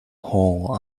hall